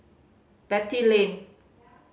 Beatty Lane